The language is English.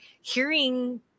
hearing